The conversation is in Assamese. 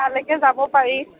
তালৈকে যাব পাৰি